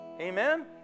amen